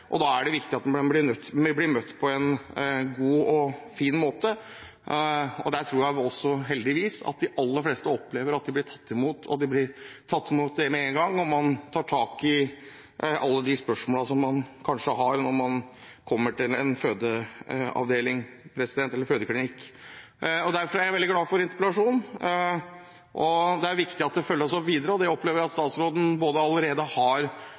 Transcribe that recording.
usikre. Da er det viktig å bli møtt på en god og fin måte. Jeg tror også at de aller fleste opplever, heldigvis, at de blir tatt imot – og tatt imot med en gang – og at man tar tak i alle de spørsmålene som man kanskje har når man kommer til en fødeklinikk. Derfor er jeg veldig glad for interpellasjonen. Det er viktig at dette følges opp videre. Jeg opplever at statsråden allerede har